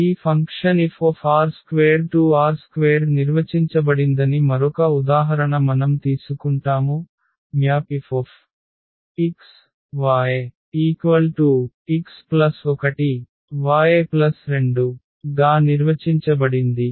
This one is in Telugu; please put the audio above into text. ఈ ఫంక్షన్ FR2R2 నిర్వచించబడిందని మరొక ఉదాహరణ మనం తీసుకుంటాము map Fx y x 1 y 2 గా నిర్వచించబడింది